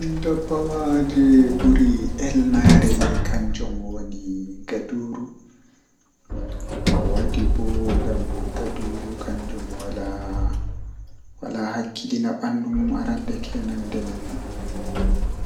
Ndikkina mi mi siga innde am jei aran jei mimari jotta ngam indde man innde manga